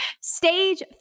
Stage